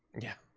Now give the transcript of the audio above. yeah.